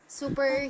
super